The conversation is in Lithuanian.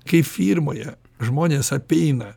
kai firmoje žmonės apeina